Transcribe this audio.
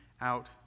out